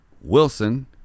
Wilson